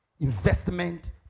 investment